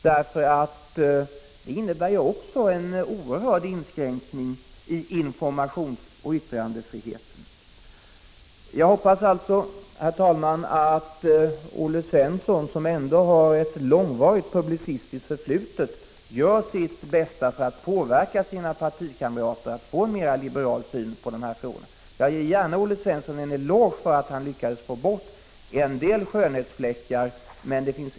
Detta förbud innebär också en stark inskränkning i fråga om informationsoch yttrandefriheten. Jag hoppas, herr talman, att Olle Svensson — som ändå har ett långvarit publicistiskt förflutet — gör sitt bästa och påverkar sina partikamrater när det gäller att se mer liberalt på dessa frågor. Jag ger gärna Olle Svensson en eloge för att han lyckades få bort en del skönhetsfläckar i våras.